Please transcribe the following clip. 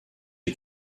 est